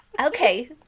Okay